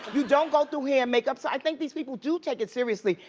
you don't go through hair and makeup. so, i think these people do take it seriously,